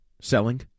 selling